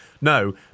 No